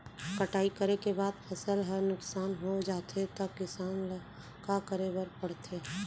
कटाई करे के बाद फसल ह नुकसान हो जाथे त किसान ल का करे बर पढ़थे?